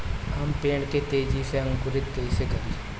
हम पेड़ के तेजी से अंकुरित कईसे करि?